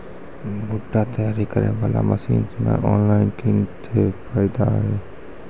भुट्टा तैयारी करें बाला मसीन मे ऑनलाइन किंग थे फायदा हे?